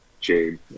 Jade